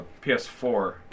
PS4